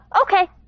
Okay